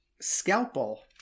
Scalpel